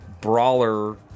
brawler